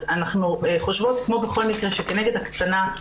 אנחנו חושבות כמו בכל מקרה שכנגד הקצנה,